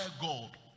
God